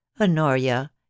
Honoria